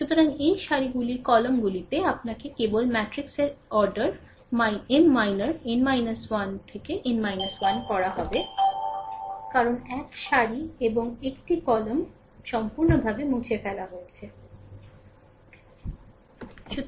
সুতরাং এই সারিগুলির কলামগুলিতে আপনাকে কেবল মেট্রিক্সের অর্ডার নাবালককে Mমাইনর n 1 থেকে n 1 করা হবে কারণ এক সারি এবং একটি কলাম সম্পূর্ণভাবে মুছে ফেলা হয়েছে তাই না